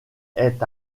est